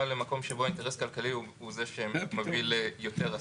למקום שהאינטרס הכלכלי הוא זה שמביא ליותר אסירים.